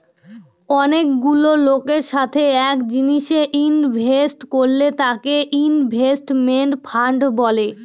অনেকগুলা লোকের সাথে এক জিনিসে ইনভেস্ট করলে তাকে ইনভেস্টমেন্ট ফান্ড বলে